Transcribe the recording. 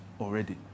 already